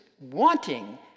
wanting